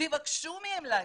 תבקשו מהם להגיע.